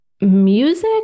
music